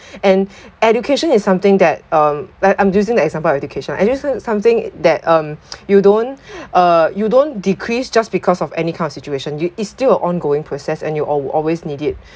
and education is something that um like I'm using the example of education I'm using something that um you don't uh you don't decrease just because of any kind of situation y~ is still ongoing process and you will always need it